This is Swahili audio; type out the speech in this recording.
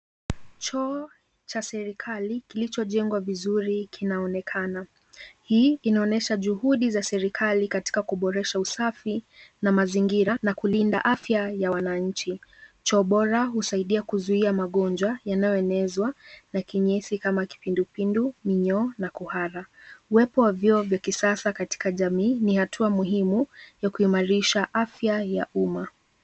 Choo cha serikali kilichojengwa vizuri inaonekana hii inaonyesha juhudi ya serikali katika kuboresha usafi na mazingira na kulinda afya ya wananchi. Choo bora husaidia kuzuia magonjwa yanayoenezwa na kinyesi kama kipindupindu, minyoo na kuhara. uwepo wa vyoo vya kisasa katika jamii ni hatua muhimu ya kuimarisha afya ya umma.